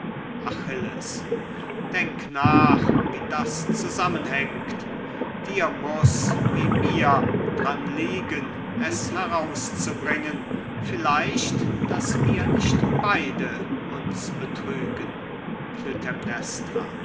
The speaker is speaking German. achilles denk nach wie das zusammenhängt dir muß wie mir dran liegen es herauszubringen vielleicht daß wir nicht beide uns betrügen